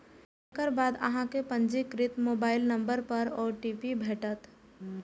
एकर बाद अहांक पंजीकृत मोबाइल नंबर पर ओ.टी.पी भेटत